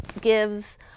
gives